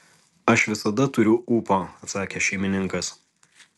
aš visada turiu ūpo atsakė šeimininkas